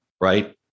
right